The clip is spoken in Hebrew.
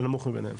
הנמוך מבניהם.